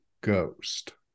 ghost